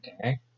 Okay